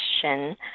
question